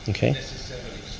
Okay